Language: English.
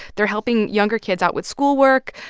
they're helping younger kids out with schoolwork.